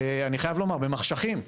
אני חייב לומר - במחשכים,